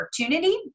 opportunity